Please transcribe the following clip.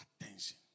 attention